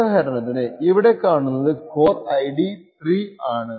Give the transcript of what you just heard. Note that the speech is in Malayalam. ഉദാഹരണത്തിന് ഇവിടെ കാണുന്നത് കോർ ID 3 ആണ്